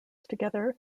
together